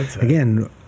Again